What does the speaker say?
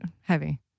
heavy